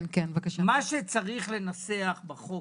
מה שצריך לנסח בחוק